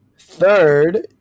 third